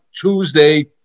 Tuesday